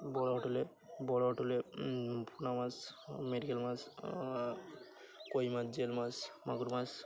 বড়ো হোটোলে বড়ো হোটলে পোনা মাস মেরকেল মাস কই মাাস জেল মাস মাগুর মাস